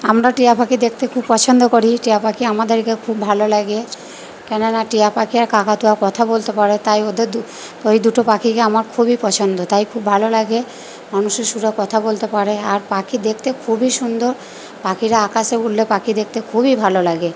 আমরা টিয়া পাখি দেখতে খুব পছন্দ করি টিয়া পাখি আমাদেরকে খুব ভালো লাগে কেন না টিয়া পাখি আর কাকাতুয়া কথা বলতে পারে তাই ওদের দু ওই দুটো পাখিকে আমার খুবই পছন্দ তাই খুব ভালো লাগে মানুষের সুরে কথা বলতে আর পাখি দেখতে খুবই সুন্দর পাখিরা আকাশে উড়লে পাখি দেখতে খুবই ভালো লাগে